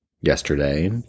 Yesterday